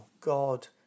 God